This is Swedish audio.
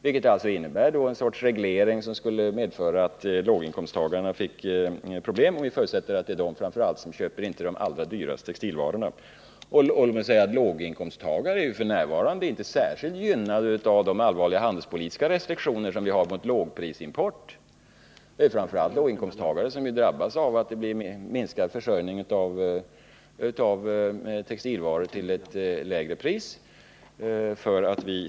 Vi skulle alltså få en sorts reglering som medför att låginkomsttagarna fick problem, om vi förutsätter att det är framför allt de som köper de textilvaror som inet är allra dyrast. 5 Låt mig i det sammanhanget säga att låginkomsttagarna f. n. inte är särskilt gynnade av de allvarliga handelspolitiska restriktioner vi har när det gäller lågprisimport. Det är ju framför allt låginkomsttagarna som drabbas av att det blir minskad försörjning av textilvaror till ett lägre pris. Herr talman!